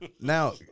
now